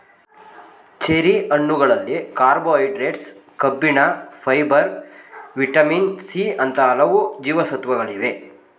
cherry ಹಣ್ಣುಗಳಲ್ಲಿ carbohydrates, ಕಬ್ಬಿಣ, fibre, vitamin C ಅಂತ ಹಲವು ಜೀವಸತ್ವಗಳಿವೆ